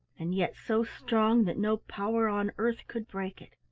and yet so strong that no power on earth could break it.